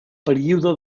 període